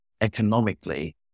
economically